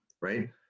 right